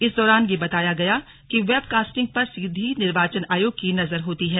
इस दौरान यह बताया गया कि वेब कास्टिंग पर सीधी निर्वाचन आयोग की नजर होती है